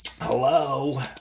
hello